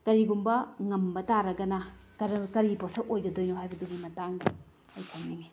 ꯀꯔꯤꯒꯨꯝꯕ ꯉꯝꯕ ꯇꯥꯔꯒꯅ ꯀꯔꯤ ꯄꯣꯠꯁꯛ ꯑꯣꯏꯒꯗꯣꯏꯅꯣ ꯍꯥꯏꯕꯗꯨꯒꯤ ꯃꯇꯥꯡꯗ ꯑꯩ ꯈꯪꯅꯤꯡꯏ